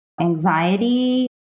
anxiety